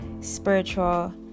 spiritual